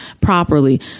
properly